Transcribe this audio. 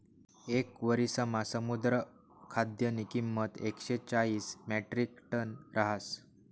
येक वरिसमा समुद्र खाद्यनी किंमत एकशे चाईस म्याट्रिकटन रहास